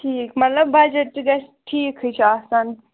ٹھیٖک مطلب بَجٹ تہِ گژھِ ٹھیٖکٕے چھِ آسان